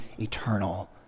eternal